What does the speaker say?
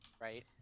right